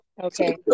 Okay